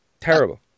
Terrible